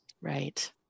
Right